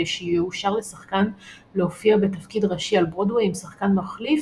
שיאושר לשחקן להופיע בתפקיד ראשי על ברודוויי עם שחקן מחליף,